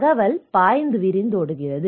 தகவல் பாய்கிறது